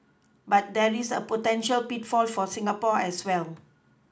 but there is a potential pitfall for Singapore as well